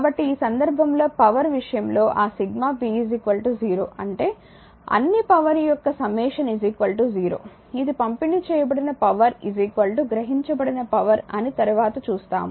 కాబట్టి ఈ సందర్భంలో పవర్ విషయంలో ఆ సిగ్మా p 0 అంటే అన్ని పవర్ యొక్క సమ్మషన్ 0 ఇది పంపిణీ చేయబడిన పవర్ గ్రహించబడిన పవర్ అని తరువాత చూస్తాము